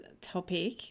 topic